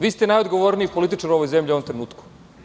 Vi ste najodgovorniji političar u ovoj zemlji u ovom trenutku.